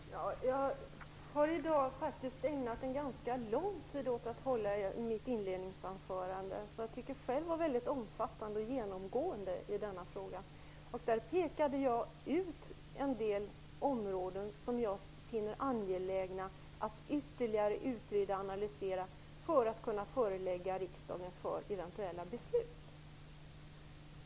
Herr talman! Jag har i dag faktiskt ägnat en ganska lång tid åt att hålla mitt inledningsanförande, vilket jag själv tycker genomgående var väldigt omfattande. Jag pekade ut en del områden som jag finner angelägna att ytterligare utreda och analysera för att kunna förelägga riksdagen för eventuella beslut.